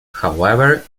however